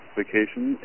vacation